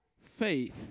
faith